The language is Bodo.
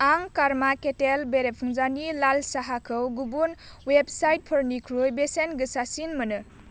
आं कार्मा केटेल बेरेफुंजानि लाल साहाखौ गुबुन अवेबसाइटफोरनिख्रुइ बेसेन गोसासिन मोनो